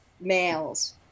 males